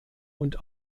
und